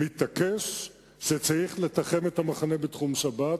מתעקש שצריך לתחם את המחנה בתחום שבת,